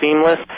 seamless